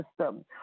system